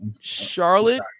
Charlotte